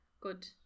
Good